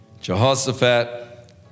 Jehoshaphat